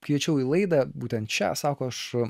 kviečiau į laidą būtent šią sako aš